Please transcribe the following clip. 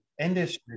industry